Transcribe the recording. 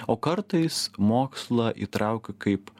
o kartais mokslą įtraukiu kaip